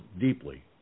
deeply